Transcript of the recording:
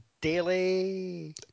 daily